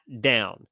down